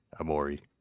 Amori